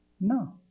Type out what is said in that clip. No